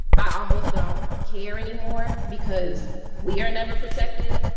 i almost don't care anymore. because we are never protected.